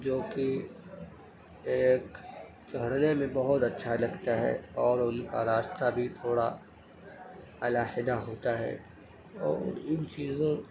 جو کہ ایک چڑھنے میں بہت اچھا لگتا ہے اور ان کا راستہ بھی تھوڑا علاحدہ ہوتا ہے اور ان چیزوں